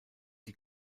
die